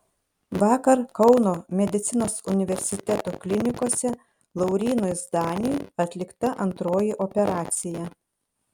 vakar kauno medicinos universiteto klinikose laurynui zdaniui atlikta antroji operacija